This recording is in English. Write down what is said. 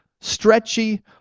stretchy